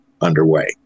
underway